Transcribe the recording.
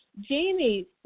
Jamie